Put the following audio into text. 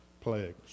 plagues